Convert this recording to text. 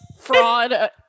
fraud